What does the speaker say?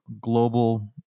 global